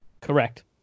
Correct